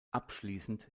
abschließend